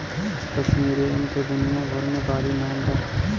कश्मीरी ऊन के दुनिया भर मे बाड़ी नाम बा